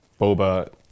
boba